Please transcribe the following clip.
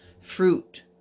fruit